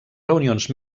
reunions